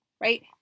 right